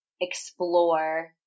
explore